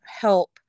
help